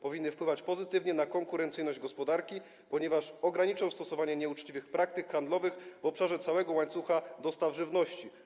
Powinny one wpływać pozytywnie na konkurencyjność gospodarki, ponieważ ograniczą stosowanie nieuczciwych praktyk handlowych w obszarze całego łańcucha dostaw żywności.